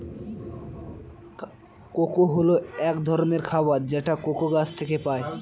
cocoa হল এক ধরনের খাবার যেটা কোকো গাছ থেকে পায়